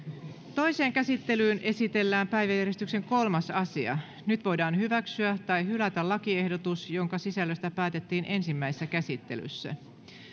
toiseen käsittelyyn esitellään päiväjärjestyksen kolme asia nyt voidaan hyväksyä tai hylätä lakiehdotus jonka sisällöstä päätettiin ensimmäisessä käsittelyssä